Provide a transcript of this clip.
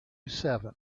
seven